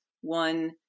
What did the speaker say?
one